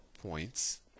points